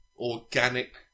organic